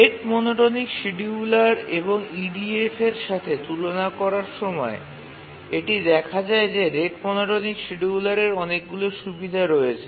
rate monotonic scheduler এবং EDF এর সাথে তুলনা করার সময় এটি দেখা যায় যে রেট মনোটোনিক শিডিয়ুলারের অনেকগুলি সুবিধা রয়েছে